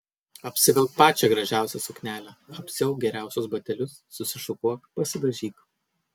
apsivilk pačią gražiausią suknelę apsiauk geriausius batelius susišukuok pasidažyk